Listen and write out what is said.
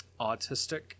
autistic